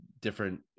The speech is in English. different